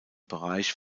bereich